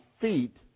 feet